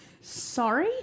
Sorry